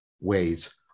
ways